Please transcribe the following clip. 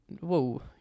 whoa